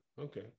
Okay